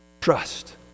trust